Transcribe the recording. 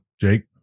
jake